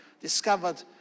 discovered